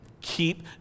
Keep